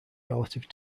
relative